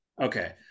Okay